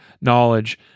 knowledge